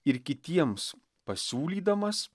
ir kitiems pasiūlydamas